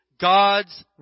God's